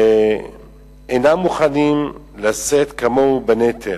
אינם מוכנים לשאת כמוהו בנטל.